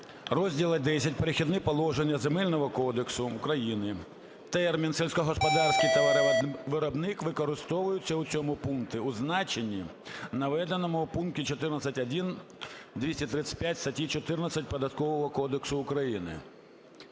розділу Х "Перехідні положення" Земельного кодексу України: "Термін "сільськогосподарський товаровиробник" використовується в цьому пункті у значенні наведеному в пункті 14-1 235 статті 14 Податкового